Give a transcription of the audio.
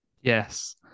Yes